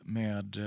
med